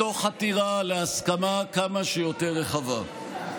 מתוך חתירה להסכמה כמה שיותר רחבה.